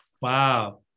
Wow